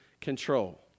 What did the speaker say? control